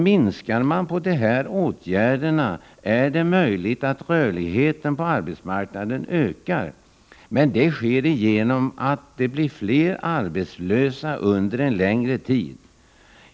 Minskar man på de här åtgärderna är det möjligt att rörligheten på arbetsmarknaden ökar, men det sker genom att fler blir arbetslösa under längre tid.